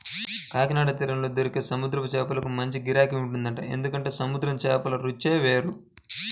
కాకినాడ తీరంలో దొరికే సముద్రం చేపలకు మంచి గిరాకీ ఉంటదంట, ఎందుకంటే సముద్రం చేపల రుచే వేరు